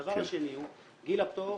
דבר שני, גיל הפטור